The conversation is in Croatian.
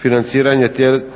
financiranje